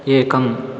एकम्